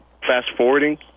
fast-forwarding